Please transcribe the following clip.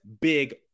big